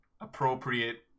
appropriate